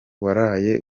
waraye